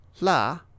La